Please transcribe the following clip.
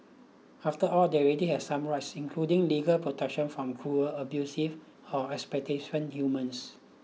after all they already have some rights including legal protection from cruel abusive or exploitative humans